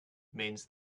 means